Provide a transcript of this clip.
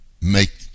make